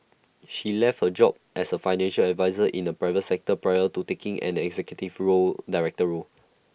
she left her job as A financial adviser in the private sector prior to taking and the executive floo director role